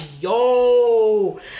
yo